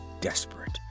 desperate